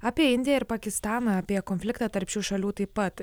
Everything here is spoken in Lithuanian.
apie indiją ir pakistaną apie konfliktą tarp šių šalių taip pat